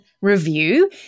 review